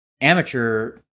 amateur